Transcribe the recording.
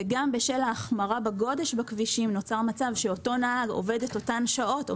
וגם בשל ההחמרה בגודש בכבישים נוצר מצב שאותו נהג עובד מספר